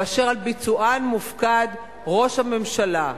ואשר על ביצועם מופקד ראש הממשלה,